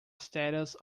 status